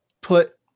put